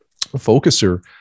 focuser